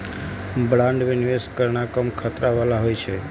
bond में निवेश करनाइ कम खतरा बला होइ छइ